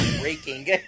breaking